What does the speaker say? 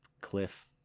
cliff